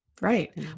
Right